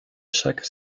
chaque